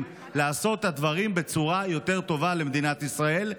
לעשות את הדברים בצורה יותר טובה למדינת ישראל,